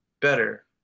better